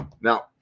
Now